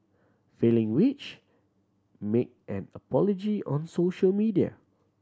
failing which make an apology on social media